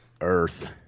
Earth